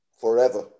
Forever